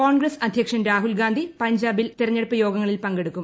കോൺഗ്രസ് അധ്യക്ഷൻ രാഹുൽഗാന്ധി പഞ്ചാബിൽ തിരഞ്ഞെടുപ്പ് യോഗങ്ങളിൽ പങ്കെടുക്കും